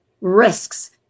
Risks